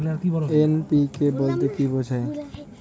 NPK বলতে কী বোঝায়?